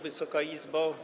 Wysoka Izbo!